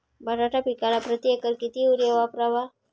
बटाटा पिकाला प्रती एकर किती युरिया वापरावा?